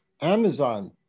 Amazon